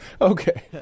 Okay